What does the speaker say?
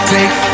Take